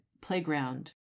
playground